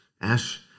ash